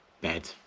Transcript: bed